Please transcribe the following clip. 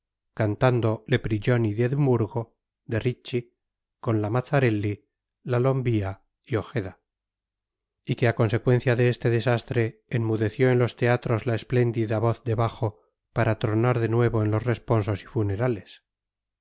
cantando le prigioni d'edimburgo de ricci con la mazarelli la lombía y ojeda y que a consecuencia de este desastre enmudeció en los teatros la espléndida voz de bajo para tronar de nuevo en los responsos y funerales